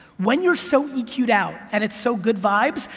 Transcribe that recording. when you're so eq-ed out and it's so good vibes,